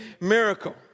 miracle